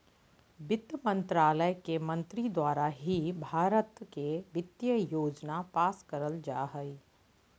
वित्त मन्त्रालय के मंत्री द्वारा ही भारत के वित्तीय योजना पास करल जा हय